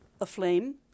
aflame